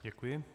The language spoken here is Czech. Děkuji.